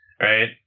Right